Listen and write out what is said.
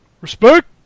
respect